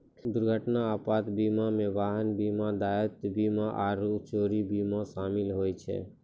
दुर्घटना आपात बीमा मे वाहन बीमा, देयता बीमा आरु चोरी बीमा शामिल होय छै